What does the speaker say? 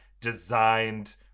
designed